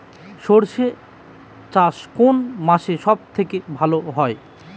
সর্ষে চাষ কোন মাসে সব থেকে ভালো হয়?